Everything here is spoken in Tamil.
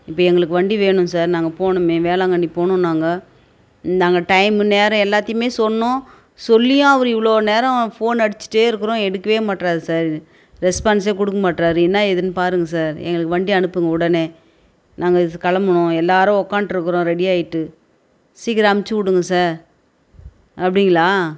இப்போ எங்களுக்கு வண்டி வேணும் சார் நாங்கள் போகணுமே வேளாங்கண்ணி போகணும் நாங்கள் நாங்கள் டைமு நேரம் எல்லாத்தையுமே சொன்னோம் சொல்லியும் அவர் இவ்வளோ நேரம் ஃபோனு அடிச்சுட்டே இருக்கிறோம் எடுக்கவே மாட்றாரு சார் ரெஸ்பான்ஸே கொடுக்க மாட்றாரு என்ன ஏதுன்னு பாருங்க சார் எங்களுக்கு வண்டி அனுப்புங்க உடனே நாங்கள் கிளம்பணும் எல்லோரும் ஒக்காந்துட்ருக்கறோம் ரெடி ஆயிட்டு சீக்கிரம் அம்ச்சு விடுங்க சார் அப்படிங்களா